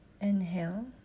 Inhale